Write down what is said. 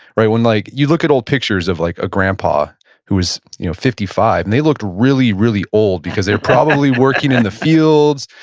right? when like you look at old pictures of like a grandpa who was you know fifty five, and they looked really, really old because they were probably working in the fields.